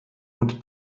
und